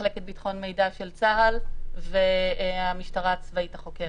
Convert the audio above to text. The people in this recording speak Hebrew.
מחלקת ביטחון מידע של צה"ל והמשטרה הצבאית החוקרת.